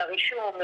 לרישום,